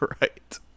Right